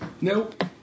Nope